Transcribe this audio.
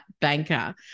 banker